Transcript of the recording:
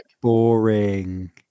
boring